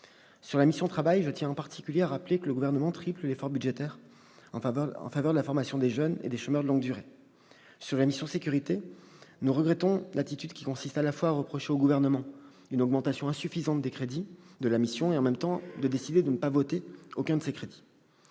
Sur la mission « Travail et emploi », je tiens en particulier à rappeler que le Gouvernement triple l'effort budgétaire en faveur de la formation des jeunes et des chômeurs de longue durée. Sur la mission « Sécurités », nous regrettons l'attitude qui consiste à la fois à reprocher au Gouvernement une hausse insuffisante des crédits de la mission et à décider de n'en voter aucun. Concernant